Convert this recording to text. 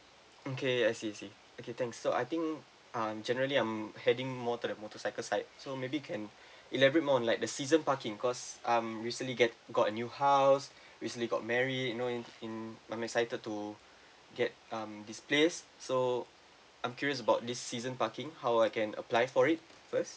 okay I see I see okay thanks so I think um generally I'm heading more to the motorcycle side so maybe can elaborate more on like the season parking cause I'm recently get got a new house recently got married you know it in I'm excited to get um this place so I'm curious about this season parking how I can apply for it first